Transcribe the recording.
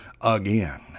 again